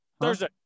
thursday